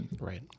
Right